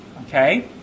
Okay